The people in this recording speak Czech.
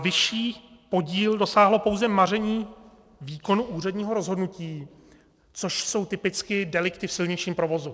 Vyšší podíl dosáhlo pouze maření výkonu úředního rozhodnutí, což jsou typicky delikty v silničním provozu.